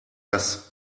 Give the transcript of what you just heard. das